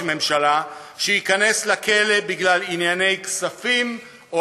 ממשלה שייכנס לכלא בגלל ענייני כספים או